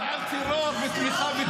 ----- מי מדבר על טרור ותמיכה בטרור.